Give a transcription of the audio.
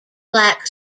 black